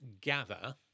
gather